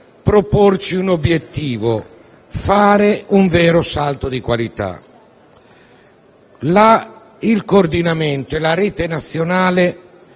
proporci un obiettivo: fare un vero salto di qualità. Il coordinamento e la Rete nazionale